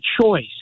choice